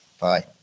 bye